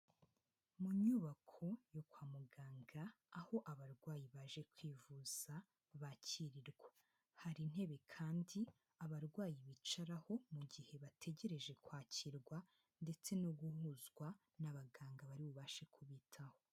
Mu nyubako yo kwa muganga aho abarwayi baje kwivuza bakirirwa, hari intebe kandi abarwayi bicaraho mu gihe bategereje kwakirwa ndetse no guhuzwa n'abaganga bari bubashe kubitaho.